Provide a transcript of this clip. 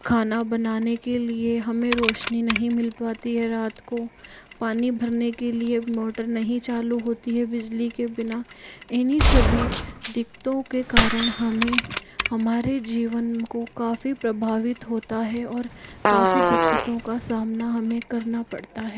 खाना बनाने के लिए हमें रोशनी नहीं मिल पाती है रात को पानी भरने के लिए मोटर नहीं चालू होती है बिजली के बिना इन्हीं सभी दिक्कतों के कारण हमें हमारे जीवन को काफ़ी प्रभावित होता है और काफ़ी दिक्कतों का सामना हमें करना पड़ता है